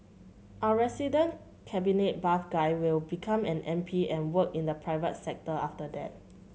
our resident cabinet buff guy will become an M P and work in the private sector after that